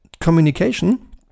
communication